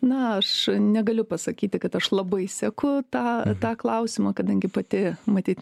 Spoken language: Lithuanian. na aš negaliu pasakyti kad aš labai seku tą tą klausimą kadangi pati matyt